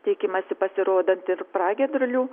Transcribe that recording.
tikimasi pasirodant ir pragiedrulių